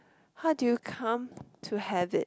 how do you come to have it